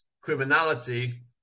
criminality